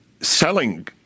selling